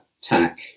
tack